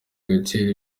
agaciro